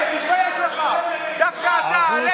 תתבייש לך, דווקא אתה.